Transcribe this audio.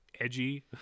edgy